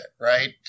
right